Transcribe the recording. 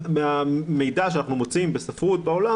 מהמידע שאנחנו מוצאים בספרות ובעולם,